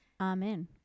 Amen